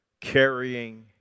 carrying